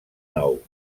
nou